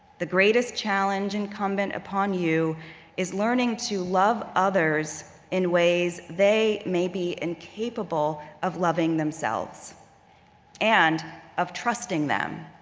the greatest challenge incumbent upon you is learning to love others in ways they may be incapable of loving themselves and of trusting them,